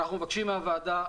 אנו מבקשים מהוועדה,